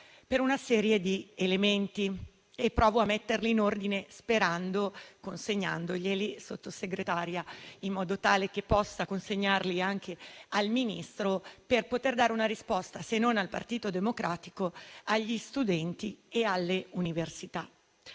per una serie di elementi. Provo a metterli in ordine, consegnandoglieli, Sottosegretaria, in modo tale che possa a sua volta consegnarli al Ministro per poter dare una risposta, se non al Partito Democratico, agli studenti e alle università.